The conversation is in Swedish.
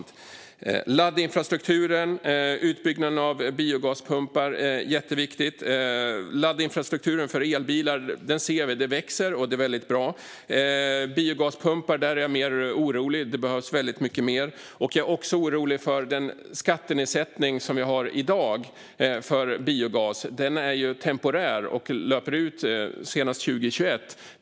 Det är jätteviktigt med laddinfrastrukturen och utbyggnaden av biogaspumpar. Laddinfrastrukturen för elbilar ser vi växer, vilket är väldigt bra. Vad gäller biogaspumpar är jag mer orolig. Det behövs väldigt mycket mer. Jag är också orolig för den skattenedsättning som vi har i dag för biogas. Den är ju temporär och löper ut senast 2021.